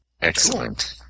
Excellent